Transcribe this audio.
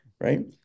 Right